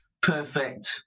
perfect